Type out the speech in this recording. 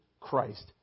Christ